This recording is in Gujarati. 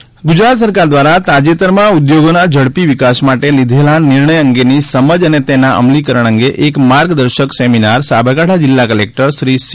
જીલ્લા ઉદ્યોગ કેન્દ્ર ગુજરાત સરકાર દ્વારા તાજેતરમાં ઉદ્યોગોના ઝડપી વિકાસ માટે લીઘેલા નિર્ણય અંગેની સમજ અને તેના અમલીકરણ અંગે એક માર્ગદર્શક સેમિનાર સાબરકાંઠા જીલ્લા કલેકટર શ્રી સી